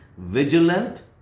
vigilant